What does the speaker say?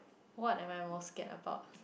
what am I most scared about